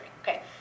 okay